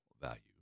value